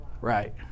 right